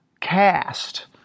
cast